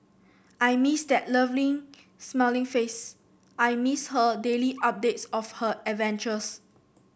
I miss that lovely smiling face I miss her daily updates of her adventures